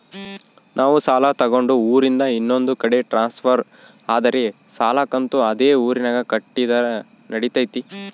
ನಾವು ಸಾಲ ತಗೊಂಡು ಊರಿಂದ ಇನ್ನೊಂದು ಕಡೆ ಟ್ರಾನ್ಸ್ಫರ್ ಆದರೆ ಸಾಲ ಕಂತು ಅದೇ ಊರಿನಾಗ ಕಟ್ಟಿದ್ರ ನಡಿತೈತಿ?